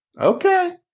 okay